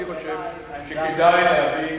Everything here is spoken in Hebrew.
אני חושב שכדאי להביא